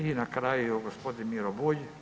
I na kraju gospodin Miro Bulj.